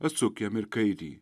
atsuk jam ir kairįjį